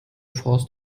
forst